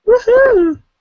Woohoo